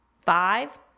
Five